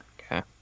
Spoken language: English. Okay